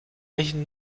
welchen